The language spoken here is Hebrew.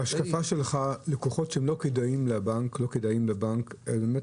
בהשקפה שלך לקוחות שלא כדאיים לבנק הם באמת